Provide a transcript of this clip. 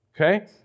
Okay